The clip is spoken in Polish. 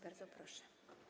Bardzo proszę.